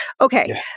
okay